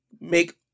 make